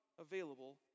available